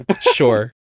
Sure